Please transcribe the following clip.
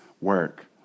work